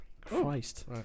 Christ